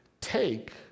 take